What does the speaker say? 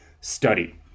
study